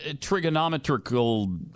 trigonometrical